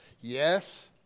Yes